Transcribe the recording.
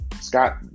Scott